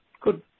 good